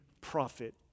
prophet